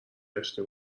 داشته